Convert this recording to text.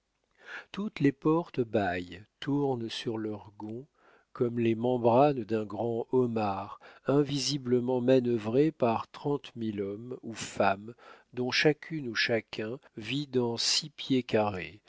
toutes les portes bâillent tournent sur leurs gonds comme les membranes d'un grand homard invisiblement manœuvrées par trente mille hommes ou femmes dont chacune ou chacun vit dans six pieds carrés